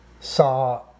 saw